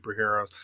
superheroes